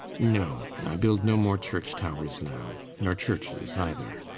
no. i build no more church-towers now. nor churches either.